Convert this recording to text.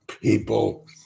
people